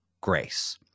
grace